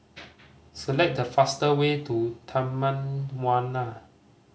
select the fast way to Taman Warna